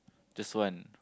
just one